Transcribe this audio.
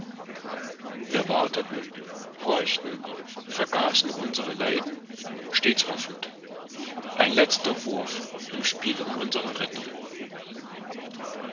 wir warteten horchten vergaßen unsere leiden stets hoffend ein letzter wurf im spiel um unsere rettung